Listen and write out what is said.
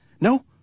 No